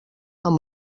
amb